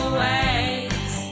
waves